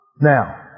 Now